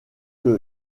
que